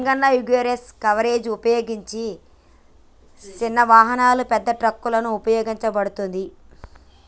సింగన్న యీగేప్ కవరేజ్ ఉపయోగించిన సిన్న వాహనాలు, పెద్ద ట్రక్కులకు ఉపయోగించబడతది